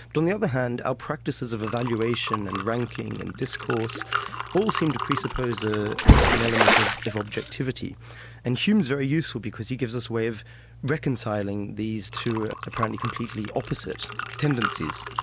but on the other hand our practices of evaluation and ranking and discourse all seem to presuppose ah an element of of objectivity and hume's very useful, because he gives us ways of reconciling these two apparently completely opposite tendencies.